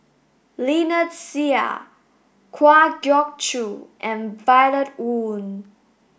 Lynnette Seah Kwa Geok Choo and Violet Oon